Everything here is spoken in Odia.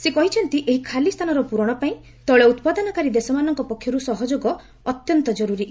ସେ କହିଛନ୍ତି ଏହି ଖାଲି ସ୍ଥାନର ପୂରଣପାଇଁ ତୈଳ ଉତ୍ପାଦନକାରୀ ଦେଶମାନଙ୍କ ପକ୍ଷରୁ ସହଯୋଗ ଅତ୍ୟନ୍ତ ଜରୁରୀ